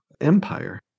empire